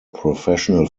professional